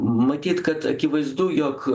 matyt kad akivaizdu jog